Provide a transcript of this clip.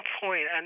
point